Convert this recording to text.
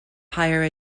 higher